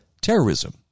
terrorism